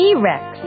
T-Rex